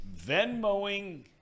Venmoing